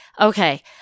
Okay